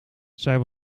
zij